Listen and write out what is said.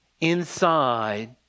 inside